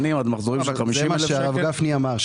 זה מה שהרב גפני אמר,